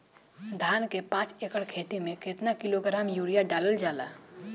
धान के पाँच एकड़ खेती में केतना किलोग्राम यूरिया डालल जाला?